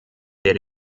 der